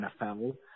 NFL